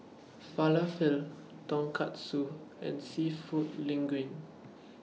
Falafel Tonkatsu and Seafood Linguine